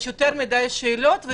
יש יותר מדי שאלות,